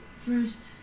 First